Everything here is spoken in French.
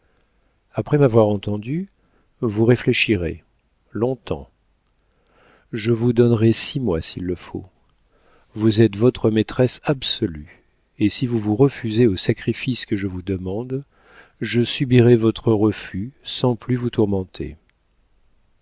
après m'avoir entendu vous réfléchirez longtemps je vous donnerai six mois s'il le faut vous êtes votre maîtresse absolue et si vous vous refusez aux sacrifices que je vous demande je subirai votre refus sans plus vous tourmenter